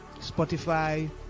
Spotify